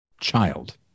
child